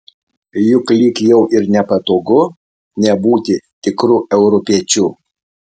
juk lyg jau ir nepatogu nebūti tikru europiečiu